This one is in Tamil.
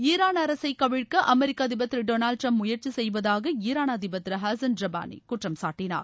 ஈரான் அரசை கவிழ்க்க அமெிக்க அதிபர் திரு டொனால்டு டிரம்ப் முயற்சி செய்வதாக ஈரான் அதிபர் திரு ஹாசன் ரபானி குற்றம்சாட்டினார்